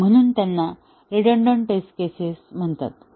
आणि म्हणून त्यांना रिडंडंट टेस्ट केसेस म्हणतात